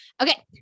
Okay